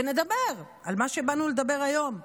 ונדבר על מה שבאנו לדבר היום,